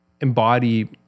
embody